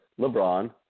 LeBron